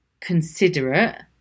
considerate